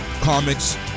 comics